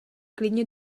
klidně